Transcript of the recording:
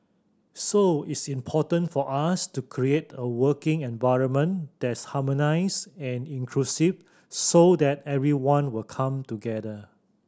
so it's important for us to create a working environment that's harmonised and inclusive so that everyone will come together